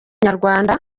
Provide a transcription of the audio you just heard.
inyarwanda